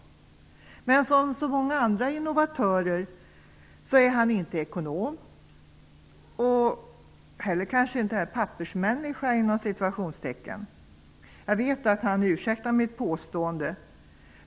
Men som så många andra innovatörer är han inte ekonom och kanske inte heller ''pappersmänniska''. Jag vet att han ursäktar mitt påstående.